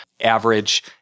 average